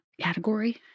category